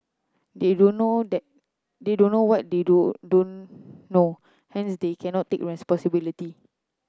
they don't know that they don't know what they do don't know hence they cannot take responsibility